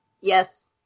Yes